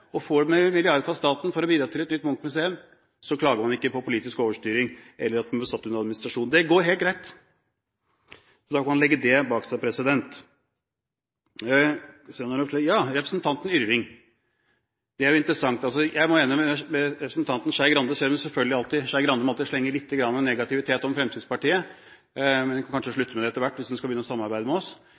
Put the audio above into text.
og får man 1 mrd. kr fra staten for å bidra til et nytt Munch-museum, klager man ikke på politisk overstyring eller at man blir satt under administrasjon – det går helt greit. Så da kan man legge det bak seg. Til representanten Yrvin – og det er jo interessant. Først må jeg være enig med representanten Skei Grande, selv om Skei Grande selvfølgelig, som alltid, måtte slenge lite grann negativitet om Fremskrittspartiet. Hun kan kanskje slutte med det etter hvert, hvis hun skal begynne å samarbeide med oss.